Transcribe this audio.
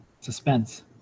Suspense